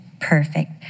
perfect